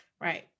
right